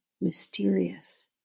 mysterious